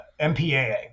MPAA